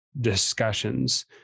discussions